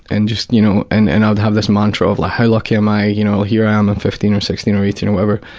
and just. you know and and i'd have this mantra of like how lucky am i, you know, here i am at and fifteen, or sixteen, or eighteen or whatever,